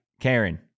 Karen